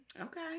okay